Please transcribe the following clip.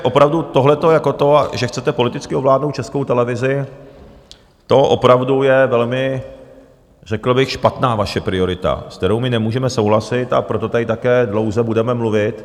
Opravdu tohleto jako to, že chcete politicky ovládnout Českou televizi, to je opravdu velmi, řekl bych, špatná vaše priorita, se kterou my nemůžeme souhlasit, a proto tady také dlouze budeme mluvit.